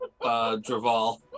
Draval